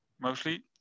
mostly